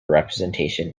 representation